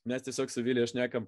mes tiesiog su vilija šnekam